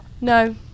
no